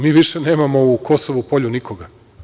Mi više nemamo u Kosovu Polju nikoga.